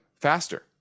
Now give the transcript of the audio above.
faster